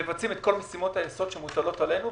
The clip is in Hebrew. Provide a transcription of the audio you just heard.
אנחנו מבצעים את כל משימות היסוד שמוטלות עלינו,